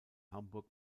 hamburg